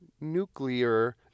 nuclear